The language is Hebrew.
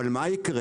אבל מה יקרה?